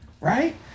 right